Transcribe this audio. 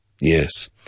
Yes